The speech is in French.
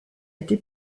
été